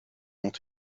ont